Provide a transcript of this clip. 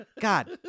God